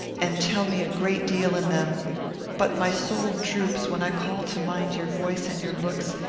and tell me a great deal in them but my soul droops when i call to mind your voice and your looks,